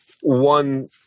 one